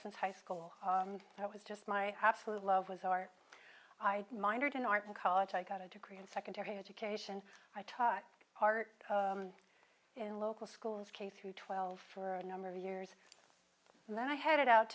since high school and i was just my absolute love was our i minored in art in college i got a degree in secondary education i taught art in local schools k through twelve for a number of years and then i headed out